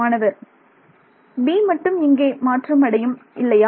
மாணவர் 'b' மட்டும் இங்கே மாற்றமடையும் இல்லையா